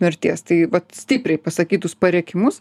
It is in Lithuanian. mirties tai vat stipriai pasakytus parėkimus